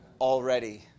already